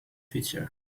feature